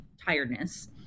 tiredness